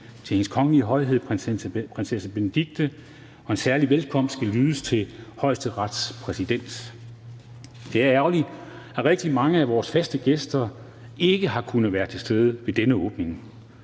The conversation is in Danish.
til Hendes Kongelige Højhed Prinsesse Benedikte. En særlig velkomst skal lyde til Højesterets præsident. Det er ærgerligt, at rigtig mange af vores faste gæster ikke har kunnet være til stede ved denne åbning.